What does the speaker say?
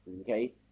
okay